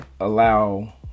allow